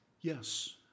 yes